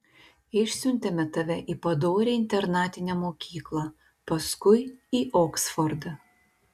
išsiuntėme tave į padorią internatinę mokyklą paskui į oksfordą